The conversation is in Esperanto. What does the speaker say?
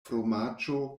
fromaĝo